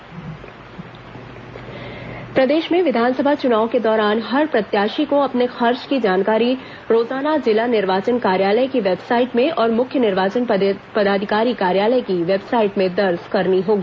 चुनाव आयोग बैठक प्रदेश में विधानसभा चुनाव के दौरान हर प्रत्याशी को अपने खर्च की जानकारी रोजाना जिला निर्वाचन कार्यालय की वेबसाइट में और मुख्य निर्वाचन पदाधिकारी कार्यालय की वेबसाइट में दर्ज करनी होगी